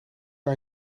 aan